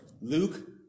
Luke